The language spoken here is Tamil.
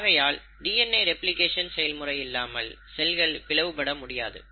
ஆகையால் டிஎன்ஏ ரெப்ளிகேஷன் செயல்முறை இல்லாமல் செல்களால் பிளவுபட முடியாது